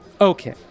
okay